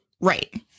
Right